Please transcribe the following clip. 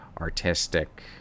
artistic